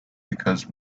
because